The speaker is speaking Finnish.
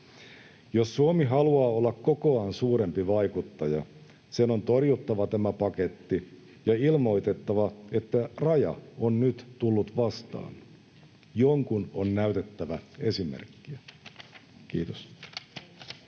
Jos Suomi haluaa olla kokoaan suurempi vaikuttaja, sen on torjuttava tämä paketti ja ilmoitettava, että raja on nyt tullut vastaan. Jonkun on näytettävä esimerkkiä. — Kiitos.